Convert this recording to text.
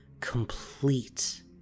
complete